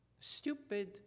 Stupid